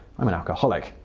i'm an alcoholic.